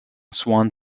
swan